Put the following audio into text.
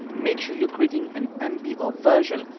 make sure you are creating an mbr version,